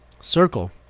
circle